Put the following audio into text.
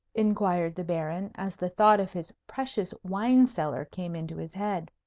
inquired the baron, as the thought of his precious wine-cellar came into his head.